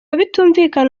bitumvikana